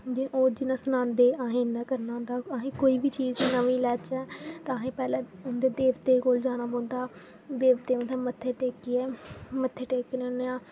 ओह् जि'यां सनांदे अहें इ'यां करना होंदा अहें कोई बी चीज़ नमीं लेचै तां अहें पैह्लें देवतें कोल जाना पौंदा देवतें उ'त्थें मत्थे टेकियै मत्थे टेकने आं